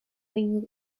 think